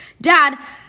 Dad